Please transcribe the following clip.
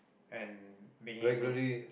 and being able